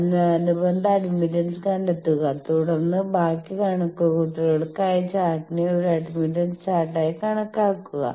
അതിനാൽ അനുബന്ധ അഡ്മിറ്റൻസ് കണ്ടെത്തുക തുടർന്ന് ബാക്കി കണക്കുകൂട്ടലുകൾക്കായി ചാർട്ടിനെ ഒരു അഡ്മിറ്റൻസ് ചാർട്ടായി കണക്കാക്കുക